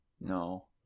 No